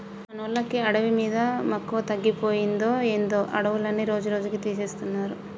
మనోళ్ళకి అడవి మీద మక్కువ తగ్గిపోయిందో ఏందో అడవులన్నీ రోజురోజుకీ తీసేస్తున్నారు